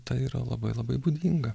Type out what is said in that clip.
tai yra labai labai būdinga